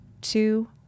two